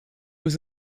was